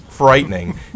Frightening